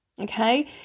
Okay